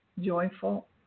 joyful